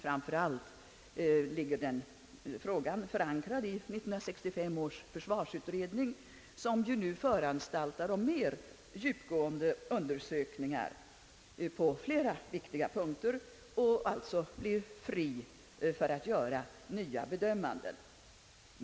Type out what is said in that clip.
Framför allt ligger frågan förankrad hos 1965 års försvarsutredning, som nu föranstaltar om mer djupgående undersökningar på flera viktiga punkter och som alltså förblir fri att göra nya bedömanden.